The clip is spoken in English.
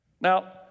Now